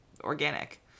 organic